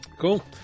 Cool